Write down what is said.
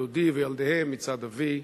ודודי וילדיהם מצד אבי,